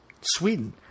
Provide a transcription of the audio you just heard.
Sweden